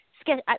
schedule